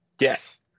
Yes